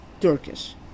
Turkish